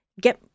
get